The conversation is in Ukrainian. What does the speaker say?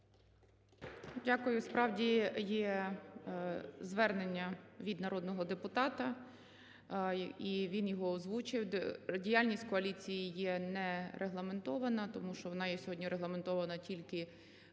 Дякую. Справді, є звернення від народного депутата, і він його озвучив. Діяльність коаліції є нерегламентована, тому що вона є сьогодні регламентована тільки